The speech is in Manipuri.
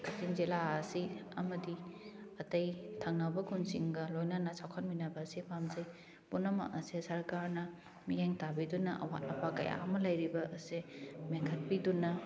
ꯀꯛꯆꯤꯡ ꯖꯤꯂꯥ ꯑꯁꯤ ꯑꯃꯗꯤ ꯑꯇꯩ ꯊꯪꯅꯕ ꯈꯨꯟꯁꯤꯡꯒ ꯂꯣꯏꯅꯅ ꯆꯥꯎꯈꯠꯃꯤꯅꯕ ꯑꯁꯤ ꯄꯥꯝꯖꯩ ꯄꯨꯝꯅꯃꯛ ꯑꯁꯦ ꯁꯔꯀꯥꯔꯅ ꯃꯤꯠꯌꯦꯡ ꯇꯥꯕꯤꯗꯨꯅ ꯑꯋꯥꯠ ꯑꯄ ꯀꯌꯥ ꯑꯃ ꯂꯤꯔꯤꯕ ꯑꯁꯦ ꯃꯦꯟꯈꯠꯄꯤꯗꯨꯅ